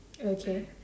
okay